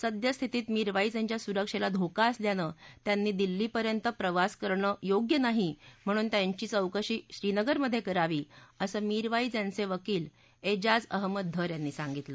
सद्यस्थितीत मिरवाईज यांच्या सुरक्षात्री धोका असल्यानं त्यांनी दिल्लीपर्यंत प्रवास करणं योग्य नाही म्हणून त्यांची चौकशी श्रीनगरमध्यक्रिरावी असं मिरवाईज यांचक्रिकील एजाज अहमद धर यांनी सांगितलं